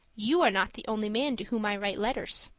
you are not the only man to whom i write letters.